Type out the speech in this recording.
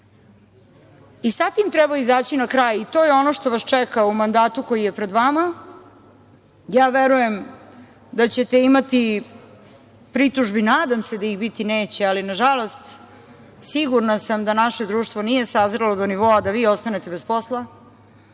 sa tim treba izaći na kraj i to je ono što vas čeka u mandatu koji je pred vama. Verujem da ćete imati pritužbi, nadam se da ih biti neće, ali nažalost sigurna sam da naše društvo nije sazrelo do nivoa da vi ostane bez posla,